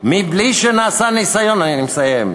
מבלי שנעשה ניסיון" אני מסיים,